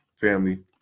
family